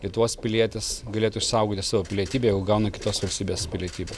lietuvos pilietis galėtų išsaugoti savo pilietybę jau gauna kitos valstybės pilietybę